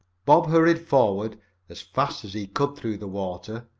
bob hurried forward as fast as he could through the water,